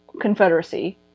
Confederacy